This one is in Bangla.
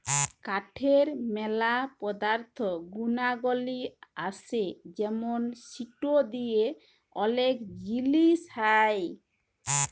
কাঠের ম্যালা পদার্থ গুনাগলি আসে যেমন সিটো দিয়ে ওলেক জিলিস হ্যয়